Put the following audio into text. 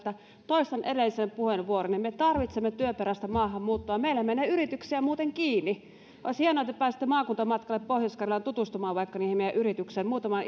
toistan edellisen puheenvuoroni me me tarvitsemme työperäistä maahanmuuttoa meillä menee yrityksiä muuten kiinni olisi hienoa että te pääsisitte maakuntamatkalle pohjois karjalaan tutustumaan vaikka niihin meidän yrityksiimme muutamaan